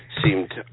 seemed